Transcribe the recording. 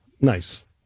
nice